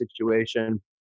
situation